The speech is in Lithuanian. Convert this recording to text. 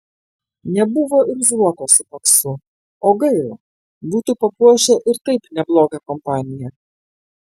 nebuvo ir zuoko su paksu o gaila būtų papuošę ir taip neblogą kompaniją